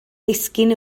disgyn